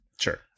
sure